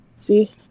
See